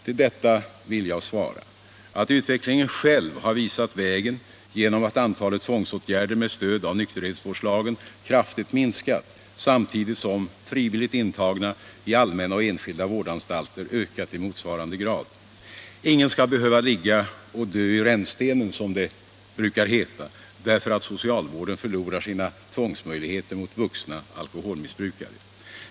På detta vill jag svara, att utvecklingen själv har visat vägen genom att antalet tvångsåtgärder med stöd av nykterhetsvårdslagen kraftigt minskat samtidigt som frivilligt intagna i allmänna och enskilda vårdanstalter ökat i motsvarande grad. Ingen skall behöva ligga och dö i rännstenen, som det brukar heta, därför att socialvården förlorar sina tvångsmöjligheter mot vuxna alkoholmissbrukare.